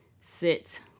sit